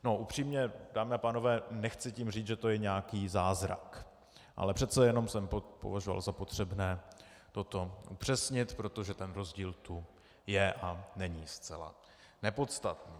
No, upřímně, dámy a pánové, nechci tím říct, že to je nějaký zázrak, ale přece jenom jsem považoval za potřebné toto upřesnit, protože ten rozdíl tu je a není zcela nepodstatný.